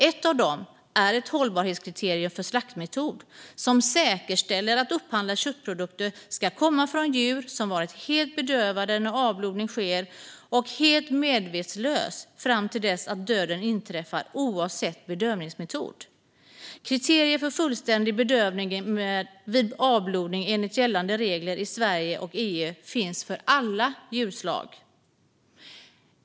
Ett av dem är ett hållbarhetskriterium för slaktmetod som säkerställer att upphandlade köttprodukter ska komma från djur som varit helt bedövade när avblodning skett och helt medvetslösa fram till dess att döden inträffat, oavsett bedövningsmetod. Kriterier för fullständig bedövning vid avblodning enligt gällande regler i Sverige och EU finns för alla djurslag.